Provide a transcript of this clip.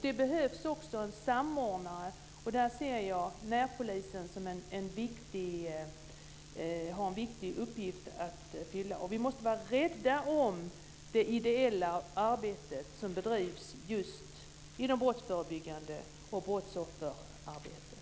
Det behövs också en samordnare, och där ser jag att närpolisen har en viktig uppgift att fylla. Vi måste vara rädda om det ideella arbete som bedrivs just inom det brottsförebyggande arbetet och brottsofferarbetet.